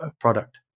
product